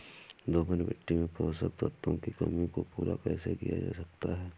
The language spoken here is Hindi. दोमट मिट्टी में पोषक तत्वों की कमी को पूरा कैसे किया जा सकता है?